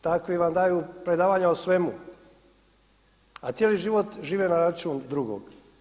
Takvi vam daju predavanja o svemu a cijeli život žive na račun drugog.